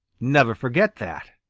never forget that.